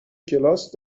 کلاس